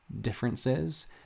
differences